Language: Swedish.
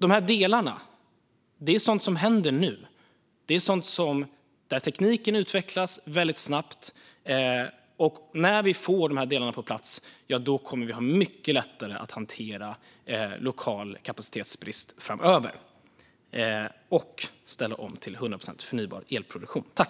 händer det nu saker. Tekniken utvecklas väldigt snabbt, och när vi får dessa delar på plats kommer vi att ha mycket lättare att hantera lokal kapacitetsbrist och ställa om till 100 procent förnybar elproduktion.